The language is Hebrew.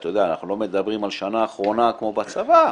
אנחנו לא מדברים על שנה אחרונה כמו בצבא,